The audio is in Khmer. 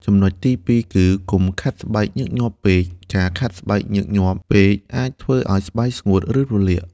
ចំណុចទីពីរគឺ កុំខាត់ស្បែកញឹកញាប់ពេក ការខាត់ស្បែកញឹកញាប់ពេកអាចធ្វើឱ្យស្បែកស្ងួត ឬរលាក។